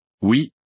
Oui